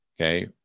okay